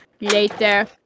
later